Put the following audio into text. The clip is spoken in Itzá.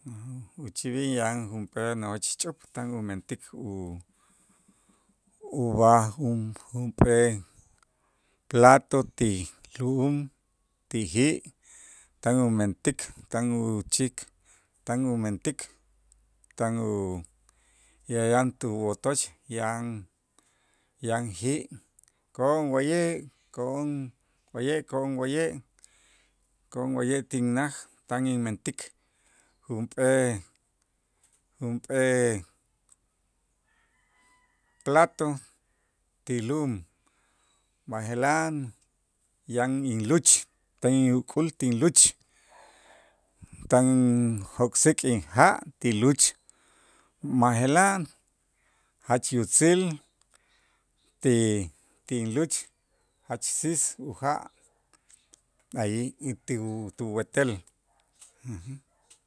Uchij b'i yan junp'eel nojoch ch'up tan umentik u- ub'aj jun- junp'ee plato ti lu'um, ti ji' tan umentik tan uchik, tan umentik tan u yan tuwotoch yan yan ji' ko'on wa'ye' ko'on wa'ye' ko'on wa'ye' ko'on wa'ye' tinnaj tan inmentik junp'ee junp'ee plato ti lum, b'aje'laj yan inluch tan uk'ul tinluch tan jok'sik inja' ti luch, b'aje'laj jach yutzil ti- tinluch jach siis uja' allí y tiw- tuwetel.